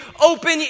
open